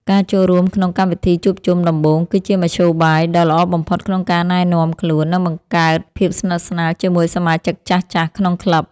ការចូលរួមក្នុងកម្មវិធីជួបជុំដំបូង គឺជាមធ្យោបាយដ៏ល្អបំផុតក្នុងការណែនាំខ្លួន និងបង្កើតភាពស្និទ្ធស្នាលជាមួយសមាជិកចាស់ៗក្នុងក្លឹប។